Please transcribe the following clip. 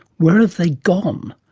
where have they gone?